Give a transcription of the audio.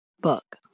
book